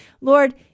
Lord